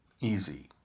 easy